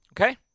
Okay